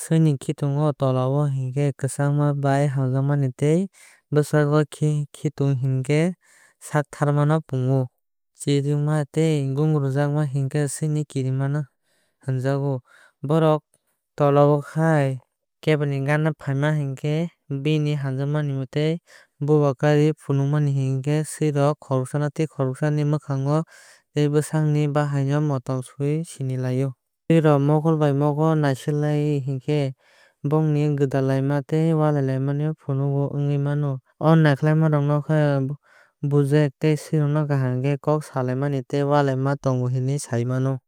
Sui ni khitung tolaao hinkhe khakchangma bai hamjakma tei bwchajaak khitung hinkhe saktharma phunukgo. Chirikhókma tei gungrukma hinkhe sui sikirma hwnjaago. Bokhorok tolaao khaai keboni gana faaima hinkhe bini haamjakmung tei bowa kariui funukma hinkhe bini jolijak mano phunukgo. Sui rok khoroksa tei khoroksani mwkhang tei bwskangni baahaai no motom suyui sini laaio. Sui rok mokol bai mokol nasiklaai kha hinkhe bongni gwdaalaaima tei waalaailaaima faano wngwi mano. O nasiklaaima rok no bujikhe sui rok kaham khe kok salaina tei waalaai tongo hinui sai mano.